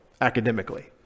academically